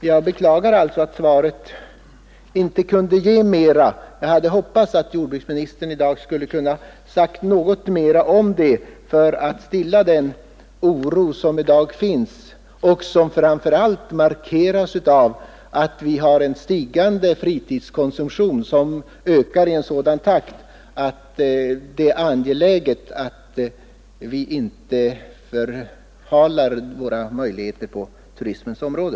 Jag beklagar alltså att svaret inte kunde ge mera. Jag hade hoppats att jordbruksministern i svaret skulle ha sagt någonting som kunnat stilla den oro som i dag råder. Den oron markeras framför allt av att vi har en stigande fritidskonsumtion som ökar i sådan takt att det är angeläget att vi inte förhalar tiden och därmed försummar våra möjligheter på turismens område.